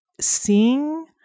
seeing